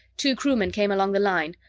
two crewmen came along the line,